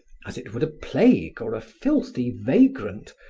as it would a plague or a filthy vagrant,